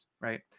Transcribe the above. right